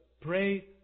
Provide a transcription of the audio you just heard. pray